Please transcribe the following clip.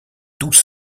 tous